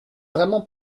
vraiment